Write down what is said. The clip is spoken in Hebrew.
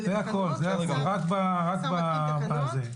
זה הכול, רק בזה.